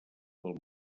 del